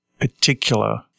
particular